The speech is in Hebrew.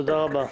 תודה רבה.